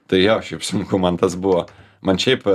tai jo šiaip sunku man tas buvo man šiaip